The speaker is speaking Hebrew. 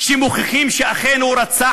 שמוכיחים שאכן רצח,